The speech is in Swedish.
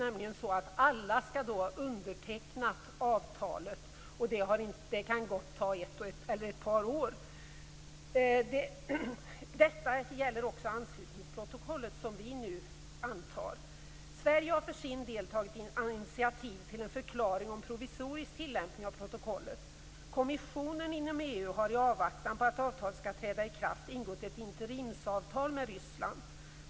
Alla skall ha undertecknat avtalet, och det kan ta ett par år. Detta gäller också anslutningsprotokollet som vi nu antar. Sverige har för sin del tagit initiativ till en förklaring om provisorisk tillämpning av protokollet. Kommissionen inom EU har i avvaktan på att avtalet skall träda i kraft ingått ett interimsavtal med Ryssland.